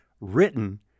written